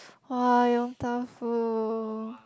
!wah! Yong-Tau-Foo